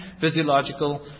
physiological